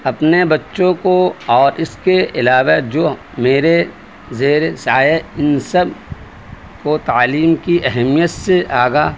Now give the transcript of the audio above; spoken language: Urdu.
اپنے بچوں کو اور اس کے علاوہ جو میرے زیر سایہ ان سب کو تعلیم کی اہمیت سے آگاہ